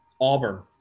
Auburn